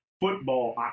football